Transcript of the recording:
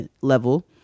level